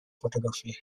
photography